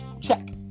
Check